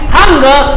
hunger